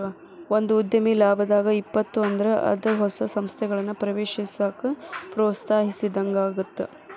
ಒಂದ ಉದ್ಯಮ ಲಾಭದಾಗ್ ಇತ್ತಪ ಅಂದ್ರ ಅದ ಹೊಸ ಸಂಸ್ಥೆಗಳನ್ನ ಪ್ರವೇಶಿಸಾಕ ಪ್ರೋತ್ಸಾಹಿಸಿದಂಗಾಗತ್ತ